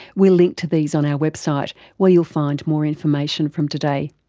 we'll link to these on our website where you'll find more information from today.